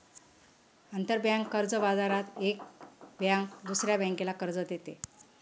आंतरबँक कर्ज बाजारात एक बँक दुसऱ्या बँकेला कर्ज देते